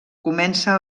comença